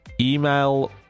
email